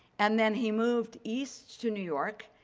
and then he moved east to new york.